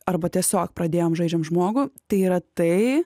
arba tiesiog pradėjom žaidžiam žmogų tai yra tai